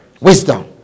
wisdom